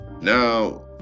Now